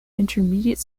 intermediate